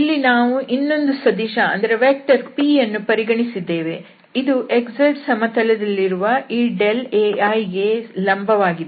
ನಾವು ಇಲ್ಲಿ ಇನ್ನೊಂದು ಸದಿಶ pಯನ್ನು ಪರಿಗಣಿಸಿದ್ದೇವೆ ಇದು xz ಸಮತಲದಲ್ಲಿರುವ ಈ Ai ಗೆ ಲಂಬವಾಗಿದೆ